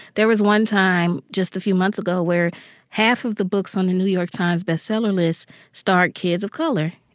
there was one time just a few months ago where half of the books on the new york times best seller list starred kids of color.